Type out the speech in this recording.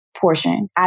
portion